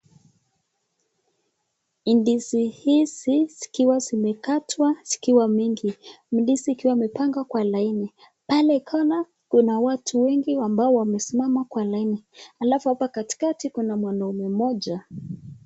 Ndizi hizi zikiwa zimekatwa zikiwa mingi, zimepangwa kwa laini pale kona kuna watu wengi ambao wamesimama kwa laini, alafu hapa katikati kuna mwanaume moja.